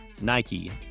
Nike